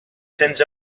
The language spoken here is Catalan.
cents